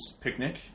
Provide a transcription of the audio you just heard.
picnic